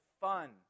fun